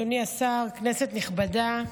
אדוני השר, כנסת נכבדה,